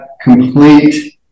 complete